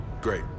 Great